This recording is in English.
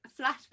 flashback